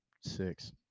six